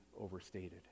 overstated